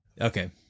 okay